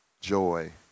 joy